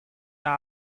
鸦片